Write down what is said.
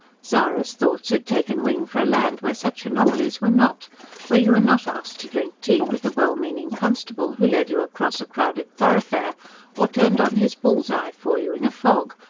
zara's thoughts had taken wing for a land where such anomalies were not where you were not asked to drink tea with the well-meaning constable who led you across a crowded thoroughfare or turned on his bull's eye for you in a fog,